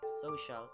social